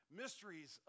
mysteries